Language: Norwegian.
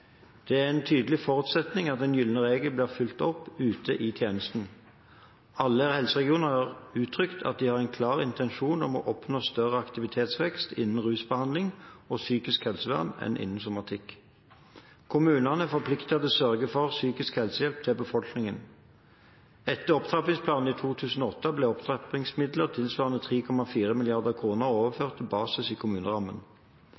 Det er en tydelig forutsetning at den gylne regel blir fulgt opp ute i tjenesten. Alle helseregioner har uttrykt at de har en klar intensjon om å oppnå større aktivitetsvekst innen rusbehandling og psykisk helsevern enn innen somatikk. Kommunene er forpliktet til å sørge for psykisk helsehjelp til befolkningen. Etter opptrappingsplanen i 2008 ble opptrappingsmidler tilsvarende 3,4